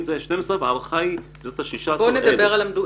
אם זה 12,000 אז ההערכה האמיתית היא של 16,000. בוא נדבר על התאונות.